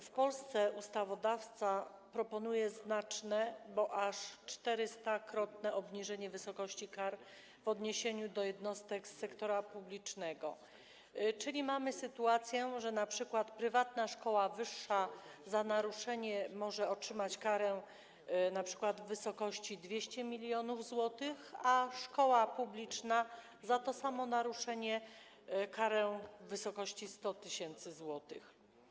W Polsce ustawodawca proponuje znaczne, bo aż 400-krotne obniżenie wysokości kar w odniesieniu do jednostek z sektora publicznego, czyli mamy sytuację, że np. prywatna szkoła wyższa za naruszenie przepisów może otrzymać karę np. w wysokości 200 mln zł, a szkoła publiczna za to samo naruszenie - karę w wysokości 100 tys. zł.